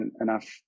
enough